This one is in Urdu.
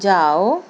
جاؤ